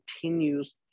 continues